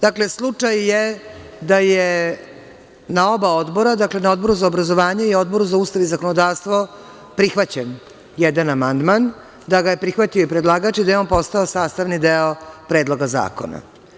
Dakle, slučaj je da je na oba odbora, na Odboru za obrazovanje i Odboru za ustav i zakonodavstvo prihvaćen jedan amandman, da ga je prihvatio i predlagač i da je on postao sastavni deo Predloga zakona.